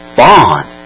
bond